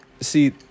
see